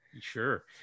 Sure